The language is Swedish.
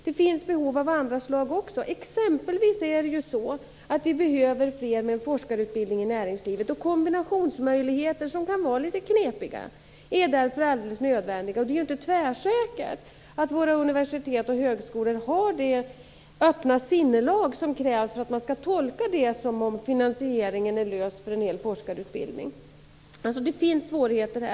Det finns behov av andra slag också. Exempelvis behöver vi fler med forskarutbildning i näringslivet. Kombinationsmöjligheter som kan vara litet knepiga är därför alldeles nödvändiga. Det är inte tvärsäkert att våra universitet och högskolor har det öppna sinnelag som krävs för att tolka det här som om finansieringen är löst för en hel forskarutbildning. Det finns svårigheter här.